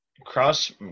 Cross